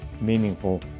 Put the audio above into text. meaningful